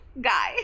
Guy